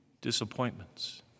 disappointments